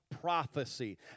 prophecy